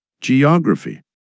geography